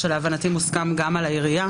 להבנתי זה נוסח שמוסכם גם על העירייה,